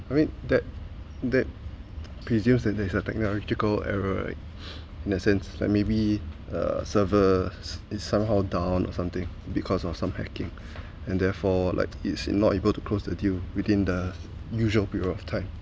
I mean that that presume that there is a technological error right in a sense like maybe uh server is somehow down or something because of some hacking and therefore like it's not able to close the deal within the usual period of time